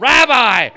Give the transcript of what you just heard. Rabbi